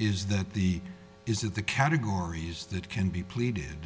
is that the is that the categories that can be pleaded